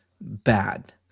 bad